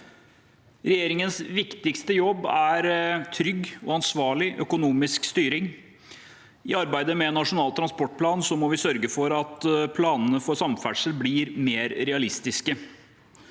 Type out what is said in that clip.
Regjeringens viktigste jobb er trygg og ansvarlig økonomisk styring. I arbeidet med Nasjonal transportplan må vi sørge for at planene for samferdsel blir mer realistiske.